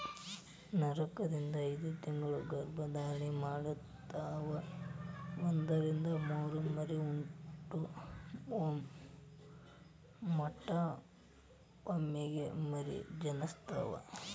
ನಾಕರಿಂದ ಐದತಿಂಗಳ ಗರ್ಭ ಧಾರಣೆ ಮಾಡತಾವ ಒಂದರಿಂದ ಮೂರ ಮರಿ ಮಟಾ ಒಮ್ಮೆಗೆ ಮರಿ ಜನಸ್ತಾವ